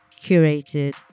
curated